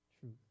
truth